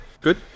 Good